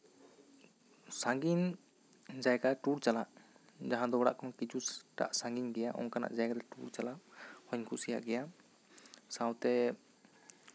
ᱥᱟᱺᱜᱤᱧ ᱡᱟᱭᱜᱟ ᱴᱩᱨ ᱪᱟᱞᱟᱜ ᱡᱟᱦᱟᱸ ᱫᱚ ᱚᱲᱟᱜ ᱠᱷᱚᱱ ᱠᱤᱪᱷᱩᱴᱟᱜ ᱥᱟᱺᱜᱤᱧ ᱜᱮᱭᱟ ᱚᱱᱠᱟᱱᱟᱜ ᱡᱟᱭᱜᱟᱨᱮ ᱴᱩᱨ ᱪᱟᱞᱟᱣ ᱦᱚᱸᱧ ᱠᱩᱥᱤᱭᱟᱜ ᱜᱮᱭᱟ ᱥᱟᱶᱛᱮ